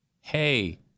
hey